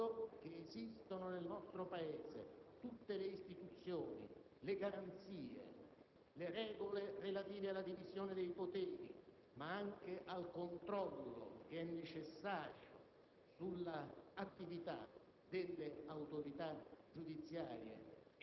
Aspettiamo gli sviluppi della vicenda, sapendo che esistono nel nostro Paese tutte le istituzioni, le garanzie e le regole relative alla divisione dei poteri, ma anche al controllo - necessario